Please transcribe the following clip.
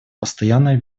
постоянной